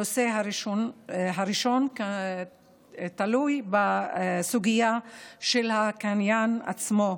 הנושא הראשון תלוי בסוגיה של הקניין עצמו,